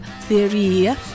theory